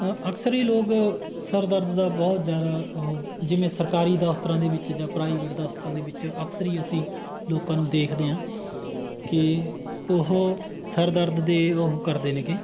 ਅਕਸਰ ਹੀ ਲੋਕ ਸਿਰ ਦਰਦ ਦਾ ਬਹੁਤ ਜ਼ਿਆਦਾ ਉਹ ਜਿਵੇਂ ਸਰਕਾਰੀ ਦਫ਼ਤਰਾਂ ਦੇ ਵਿੱਚ ਜਾਂ ਪ੍ਰਾਈਵੇਟ ਦਫ਼ਤਰਾਂ ਦੇ ਵਿੱਚ ਅਕਸਰ ਹੀ ਅਸੀਂ ਲੋਕਾਂ ਨੂੰ ਦੇਖਦੇ ਹਾਂ ਕਿ ਉਹ ਸਿਰ ਦਰਦ ਦੇ ਉਹ ਕਰਦੇ ਨੇਗੇ